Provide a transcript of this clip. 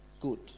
good